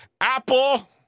Apple